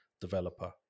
developer